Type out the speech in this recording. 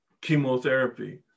chemotherapy